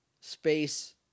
space